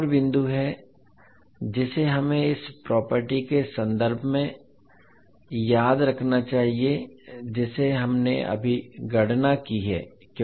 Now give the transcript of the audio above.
अब एक और बिंदु है जिसे हमें इस प्रॉपर्टी के संबंध में याद रखना चाहिए जिसे हमने अभी गणना की है